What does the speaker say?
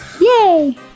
Yay